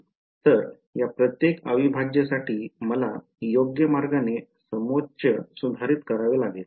तर या प्रत्येक अविभाज्य साठी मला योग्य मार्गाने समोच्च सुधारित करावे लागेल